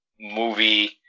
movie